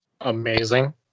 amazing